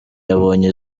yabonye